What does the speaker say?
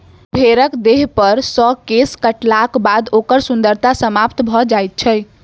भेंड़क देहपर सॅ केश काटलाक बाद ओकर सुन्दरता समाप्त भ जाइत छै